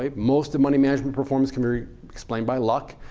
ah most of money management performance can be explained by luck.